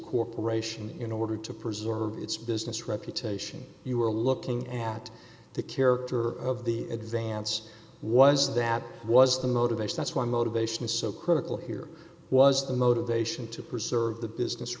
corporation in order to preserve its business reputation you are looking at the character of the advance was that was the motivation that's why motivation is so critical here was the motivation to preserve the business